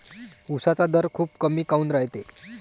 उसाचा दर खूप कमी काऊन रायते?